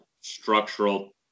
structural